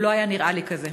הוא לא היה נראה לי כזה.